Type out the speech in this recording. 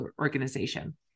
organization